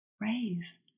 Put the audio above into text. raise